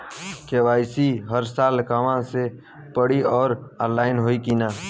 KYC हर साल करवावे के पड़ी और ऑनलाइन होई की ना?